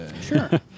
Sure